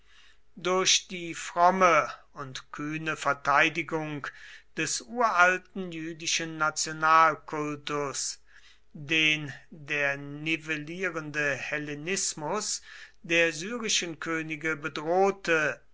durch die fromme und kühne verteidigung des uralten jüdischen nationalkultus den der nivellierende hellenismus der syrischen könige bedrohte